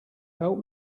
help